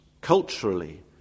culturally